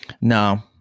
No